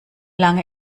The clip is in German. lange